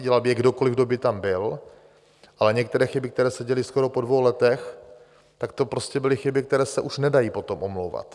Dělal by je kdokoliv, kdo by tam byl, ale některé chyby, které se děly skoro po dvou letech, tak to prostě byly chyby, které se už nedají potom omlouvat.